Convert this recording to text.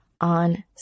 on